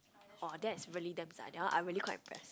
!wah! that is very damns ah that one I really quite impressed